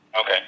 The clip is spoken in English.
Okay